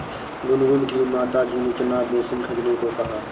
गुनगुन की माताजी ने चना बेसन खरीदने को कहा